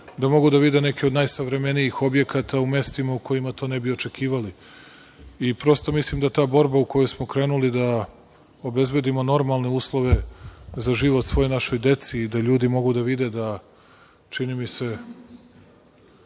da mogu da vide neke od najsavremenijih objekata u mestima u kojima to ne bi očekivali. Prosto mislim da ta borba u kojoj smo krenuli da obezbedimo normalne uslove za živost svoj našoj deci i da ljudi mogu da vide da, čini mi se,